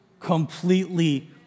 completely